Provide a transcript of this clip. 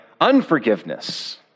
unforgiveness